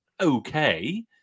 okay